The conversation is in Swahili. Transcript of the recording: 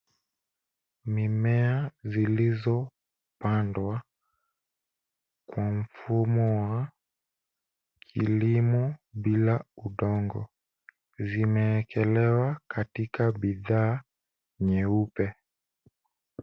Mimea zilizopandwa kwa mfumo wa kilimo bila udongo zimeekelewa katika bidhaa nyeupe.